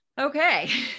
okay